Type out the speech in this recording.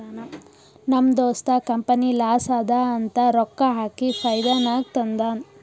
ನಮ್ ದೋಸ್ತ company loss ಅದಾ ಅಂತ ರೊಕ್ಕಾ ಹಾಕಿ ಫೈದಾ ನಾಗ್ ತಂದಾನ್